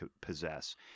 possess